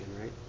right